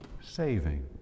saving